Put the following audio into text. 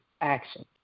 action